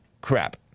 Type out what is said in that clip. crap